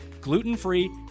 gluten-free